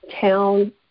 town